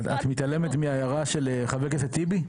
את מתעלמת מההערה של חבר הכנסת טיבי?